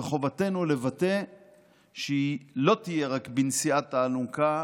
וחובתנו לבטא שהיא לא תהיה רק בנשיאת האלונקה,